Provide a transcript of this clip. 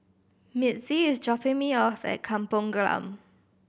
Mitzi is dropping me off at Kampong Glam